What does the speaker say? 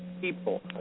People